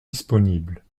disponible